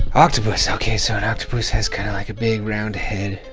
octopus, okay. so an octopus has kind of like a big round head.